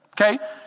Okay